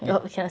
wait